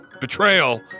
betrayal